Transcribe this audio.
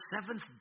seventh